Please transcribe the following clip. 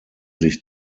sich